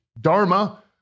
Dharma